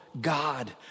God